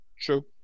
True